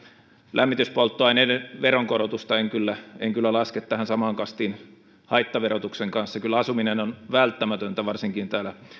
lämmityspolttoaineiden veronkorotusta en kyllä en kyllä laske samaan kastiin haittaverotuksen kanssa kyllä asuminen on välttämätöntä varsinkin täällä